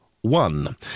ONE